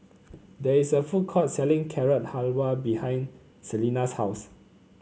there is a food court selling Carrot Halwa behind Selina's house